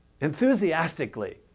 enthusiastically